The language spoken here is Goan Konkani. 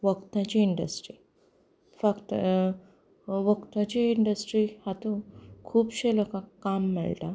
वखदाची इंड्रस्ट्री फक्त वखदाची इंड्रस्ट्री हातूं खुबश्या लोकांक काम मेळटा